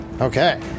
Okay